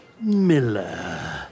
Miller